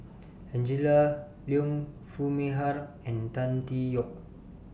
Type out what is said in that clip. Angela Liong Foo Mee Har and Tan Tee Yoke